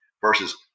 versus